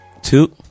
two